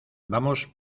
vamos